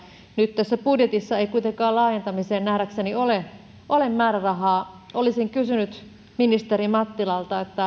nyt tässä budjetissa ei kuitenkaan laajentamiseen nähdäkseni ole määrärahaa olisin kysynyt ministeri mattilalta